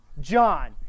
John